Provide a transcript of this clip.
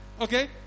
Okay